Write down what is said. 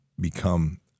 become